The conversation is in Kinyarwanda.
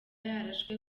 yarashwe